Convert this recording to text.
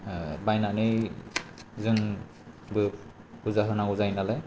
बायनानै जोंबो फुजा होनांगौ जायो नालाय